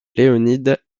leonid